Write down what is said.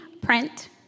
print